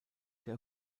der